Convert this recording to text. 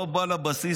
הוא לא בא לבסיס,